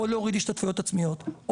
או להוריד השתתפויות עצמיות,